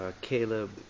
Caleb